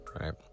right